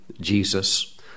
Jesus